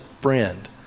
Friend